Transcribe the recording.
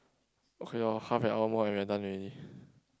okay loh half and hour more and we are done already